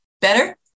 Better